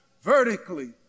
vertically